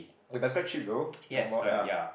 eh that's quite cheap though ya